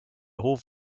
hof